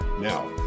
Now